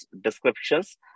descriptions